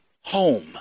home